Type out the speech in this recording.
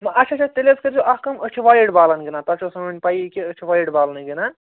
اچھا اچھا تیٚلہِ حظ کٔرۍزیٚو اَکھ کٲم أسۍ چھِ وایِٹ بالَن گِنٛدان تۅہہِ چھَو سٲنۍ پَیی کہِ أسۍ چھِ وایِٹ بالَنٕے گِنٛدان